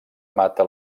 mata